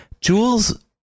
Jules